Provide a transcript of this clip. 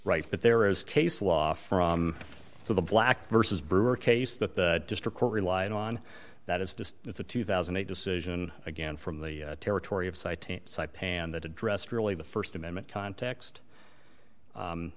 right but there is case law from the black versus brewer case that the district court relied on that it's just it's a two thousand and eight decision again from the territory of cyteen pan that addressed really the st amendment context